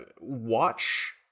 watch